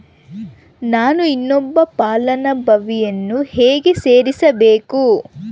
ನಾನು ಇನ್ನೊಬ್ಬ ಫಲಾನುಭವಿಯನ್ನು ಹೆಂಗ ಸೇರಿಸಬೇಕು?